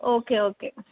okay okay